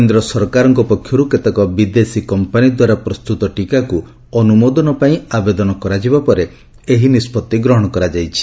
କେନ୍ଦ୍ର ସରକାରଙ୍କ ପକ୍ଷରୁ କେତେକ ବିଦେଶୀ କମ୍ପାନୀଦ୍ୱାରା ପ୍ରସ୍ତୁତ ଟିକାକୁ ଅନୁମୋଦନ ପାଇଁ ଆବେଦନ କରାଯିବା ପରେ ଏହି ନିଷ୍ପଭି ଗ୍ରହଣ କରାଯାଇଛି